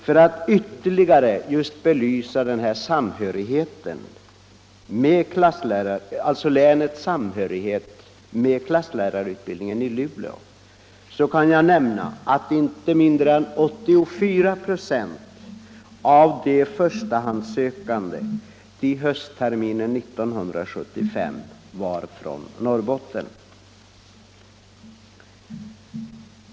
För att ytterligare belysa länets samhörighet med klasslärarutbildningen i Luleå kan nämnas att inte mindre än 84 96 av de förstahandssökande vid höstterminen 1975 var från Norrbotten.